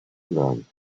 irland